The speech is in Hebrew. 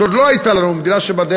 שעוד לא הייתה לנו, המדינה שבדרך